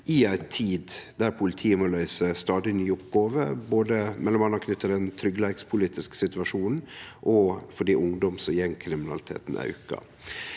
i ei tid der politiet må løyse stadig nye oppgåver, m.a. knytt til den tryggleikspolitis ke situasjonen og fordi ungdoms- og gjengkriminaliteten aukar.